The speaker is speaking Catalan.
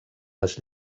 les